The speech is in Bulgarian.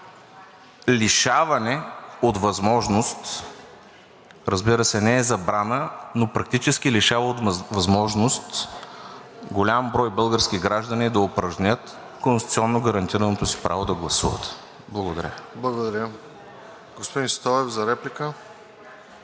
лишаване от възможност, разбира се, не е забрана, но практически лишава от възможност голям брой български граждани да упражнят конституционно гарантираното си право да гласуват. Благодаря. ПРЕДСЕДАТЕЛ РОСЕН